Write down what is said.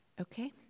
Okay